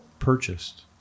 Purchased